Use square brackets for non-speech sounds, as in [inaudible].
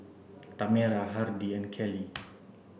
Tamera Hardy and Kallie [noise]